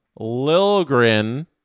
Lilgren